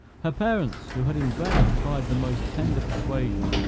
her parents, who had in vain tried the most tender persuasion,